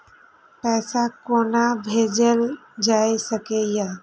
पैसा कोना भैजल जाय सके ये